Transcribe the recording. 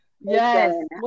Yes